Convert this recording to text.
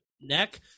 neck